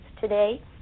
today